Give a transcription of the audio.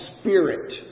Spirit